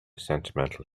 sentimental